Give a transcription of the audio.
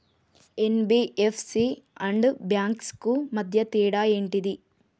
NBFC and banks కు మధ్య తేడా ఏంటిది?